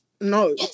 no